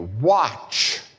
watch